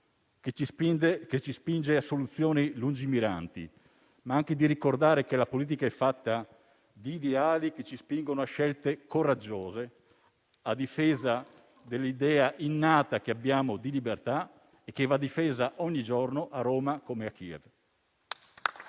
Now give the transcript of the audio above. che ci spinge a soluzioni lungimiranti, ma anche di ricordare che la politica è fatta di ideali che ci spingono a scelte coraggiose, a difesa dell'idea innata che abbiamo di libertà, che va difesa ogni giorno a Roma come a Kiev.